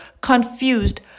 confused